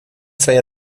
своей